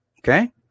okay